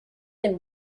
and